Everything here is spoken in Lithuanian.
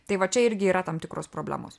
tai va čia irgi yra tam tikros problemos